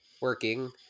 working